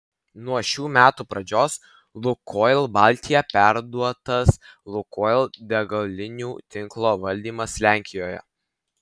nuo šių metų pradžios lukoil baltija perduotas lukoil degalinių tinklo valdymas lenkijoje